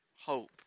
hope